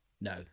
No